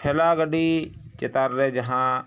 ᱴᱷᱮᱞᱟ ᱜᱟᱹᱰᱤ ᱪᱮᱛᱟᱱ ᱨᱮ ᱡᱟᱦᱟᱸ